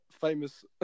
famous